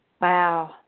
Wow